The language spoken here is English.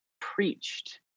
preached